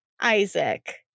Isaac